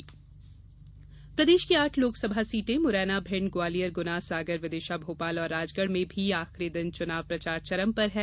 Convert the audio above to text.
चुनाव प्रचार प्रदेश की आठ लोकसभा सीटें मुरैना भिण्ड ग्वालियर गुना सागर विदिशा भोपाल और राजगढ़ में भी आखिरी दिन चुनाव प्रचार चरम पर हैं